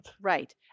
right